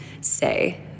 say